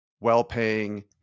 well-paying